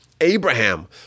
Abraham